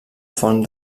font